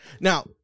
Now